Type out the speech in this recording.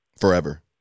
Forever